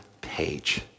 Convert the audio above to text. page